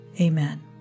Amen